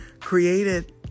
created